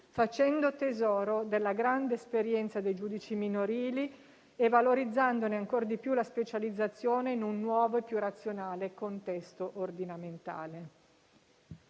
facendo tesoro della grande esperienza dei giudici minorili e valorizzandone ancor di più la specializzazione in un nuovo e più razionale contesto ordinamentale.